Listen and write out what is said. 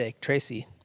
tracy